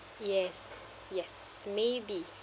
yes yes maybe